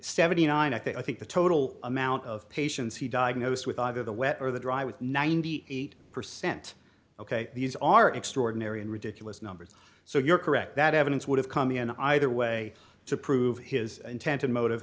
seventy nine dollars i think the total amount of patients he diagnosed with either the wet or the dry with ninety eight percent ok these are extraordinary and ridiculous numbers so your career that evidence would have come in either way to prove his intent and motive